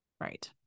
Right